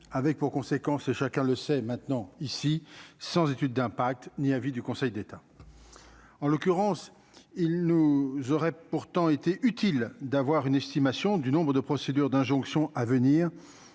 avec pour conséquence c'est, chacun le sait maintenant, ici, sans étude d'impact ni avis du Conseil d'État, en l'occurrence il nous aurait pourtant été utile d'avoir une estimation du nombre de procédures d'injonction à venir